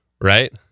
right